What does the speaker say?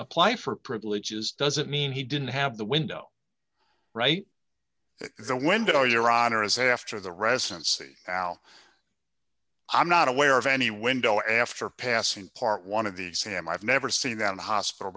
apply for privileges doesn't mean he didn't have the window right the window your honor as a after the residency how i'm not aware of any window after passing part one of the exam i've never seen that in the hospital